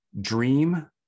dream